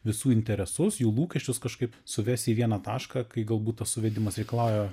visų interesus jų lūkesčius kažkaip suvesi į vieną tašką kai galbūt tas suvedimas reikalauja